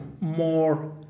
more